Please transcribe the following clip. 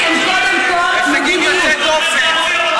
הישגים יוצאי דופן,